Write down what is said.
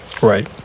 Right